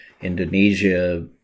Indonesia